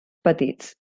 petits